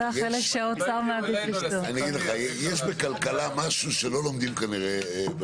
אני אגיד לך, יש בכלכלה משהו שלא לומדים כנראה.